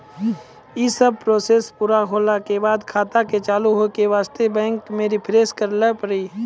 यी सब प्रोसेस पुरा होला के बाद खाता के चालू हो के वास्ते बैंक मे रिफ्रेश करैला पड़ी?